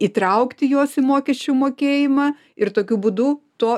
įtraukti juos į mokesčių mokėjimą ir tokiu būdu to